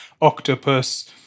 Octopus